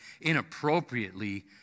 inappropriately